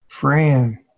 Fran